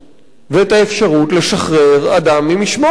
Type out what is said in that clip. ואת האפשרות לשחרר אדם ממשמורת.